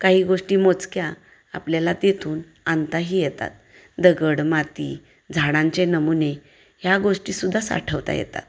काही गोष्टी मोजक्या आपल्याला तिथून आणताही येतात दगड माती झाडांचे नमुने ह्या गोष्टीसुद्धा साठवता येतात